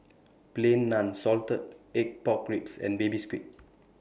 Plain Naan Salted Egg Pork Ribs and Baby Squid